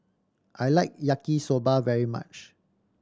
I like Yaki Soba very much